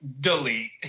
delete